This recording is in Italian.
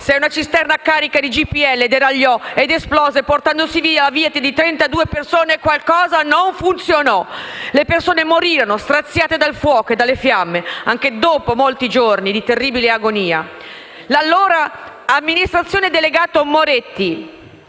Se una cisterna carica di GPL deragliò ed esplose, portandosi via la vita di 32 persone, qualcosa non funzionò. Le persone morirono straziate dal fuoco e dalle fiamme, anche dopo molti giorni di terribile agonia. L'allora amministratore delegato Moretti,